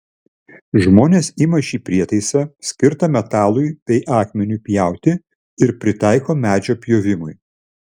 žmonės ima šį prietaisą skirtą metalui bei akmeniui pjauti ir pritaiko medžio pjovimui